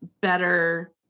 better